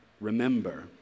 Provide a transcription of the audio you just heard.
remember